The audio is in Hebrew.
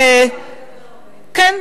איזה,